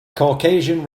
caucasian